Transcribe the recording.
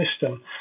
system